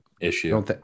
issue